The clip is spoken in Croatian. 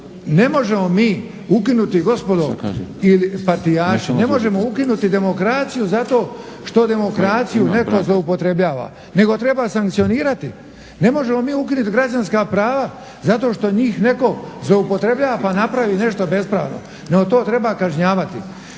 Ne možemo mi ukinuti gospodo ili partijaši ne možemo ukinuti demokraciju zato što demokraciju netko zloupotrebljava nego treba sankcionirati. Ne možemo mi ukinuti građanska prava zato što njih netko zloupotrebljava pa napravi nešto bespravno, nego to treba kažnjavati.